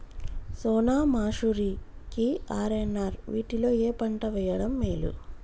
సోనా మాషురి కి ఆర్.ఎన్.ఆర్ వీటిలో ఏ పంట వెయ్యడం మేలు?